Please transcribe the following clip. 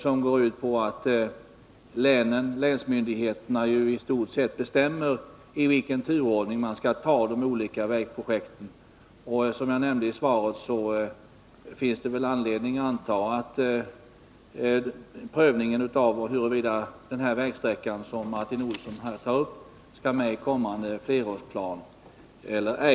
Det är i stort sett länsmyndigheterna som bestämmer i vilken turordning de olika vägprojekten skall utföras. Som jag nämnde i svaret är det möjligt att i flerårsplanerna pröva om man skall ta med den vägsträcka som Martin Olsson har nämnt.